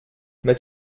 m’as